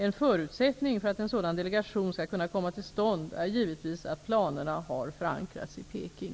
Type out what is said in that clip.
En förutsättning för att en sådan delegation skall kunna komma till stånd är givetvis att planerna har förankrats i Peking.